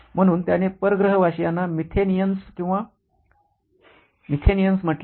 म्हणून त्याने परग्रहवासीयांना मिथेनिअन्स किंवा मिथेनिअन्स म्हटले